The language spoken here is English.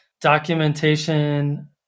documentation